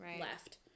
left